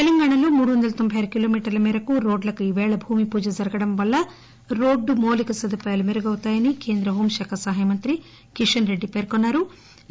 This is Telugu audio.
తెలంగాణలో మూడు వంద తొంబై ఆరు కిలోమీటర్లమేరకు రోడ్లకు ఈరోజు భూమిపూజ జరగడం వల్ల రోడ్లు మౌలిక సదుపాయాలు మెరుగు అవుతాయని కేంద్ర హోంశాఖ సహాయ మంత్రికిషన్ రెడ్డి ఈ సందర్బంగా పేర్కొన్నారు